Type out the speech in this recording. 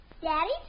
Daddy